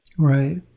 Right